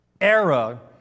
era